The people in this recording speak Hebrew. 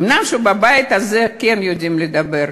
אומנם בבית הזה כן יודעים לדבר,